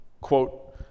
Quote